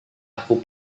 aku